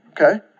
okay